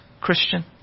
Christian